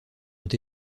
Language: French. ont